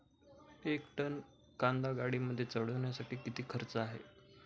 एक टन कांदा गाडीमध्ये चढवण्यासाठीचा किती खर्च आहे?